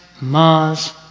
mars